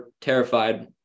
terrified